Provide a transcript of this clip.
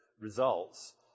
results